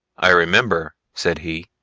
i remember, said he,